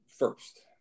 first